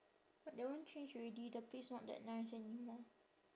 but that one change already the place not that nice anymore